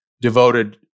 devoted